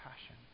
passion